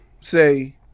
say